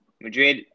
Madrid